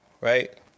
right